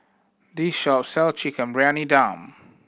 this shop sell Chicken Briyani Dum